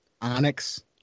Onyx